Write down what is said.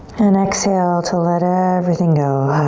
and exhale to let everything go.